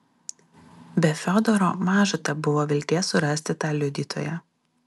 be fiodoro maža tebuvo vilties surasti tą liudytoją